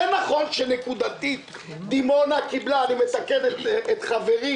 נכון שנקודתית דימונה קיבלה אני מתקן את חברי